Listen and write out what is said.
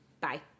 Bye